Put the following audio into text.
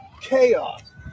chaos